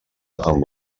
amb